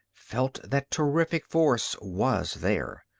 felt that terrific force was there.